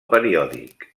periòdic